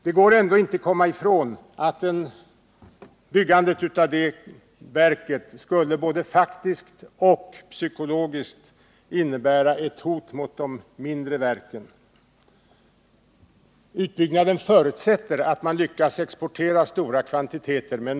Det går inte att komma ifrån att byggandet av detta mediumvalsverk både faktiskt och psykologiskt skulle innebära ett hot mot de mindre verken. Utbyggnaden förutsätter att man lyckas exportera stora kvantiteter.